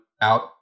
out